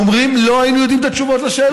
אומרים: לא היינו יודעים את התשובות על השאלות.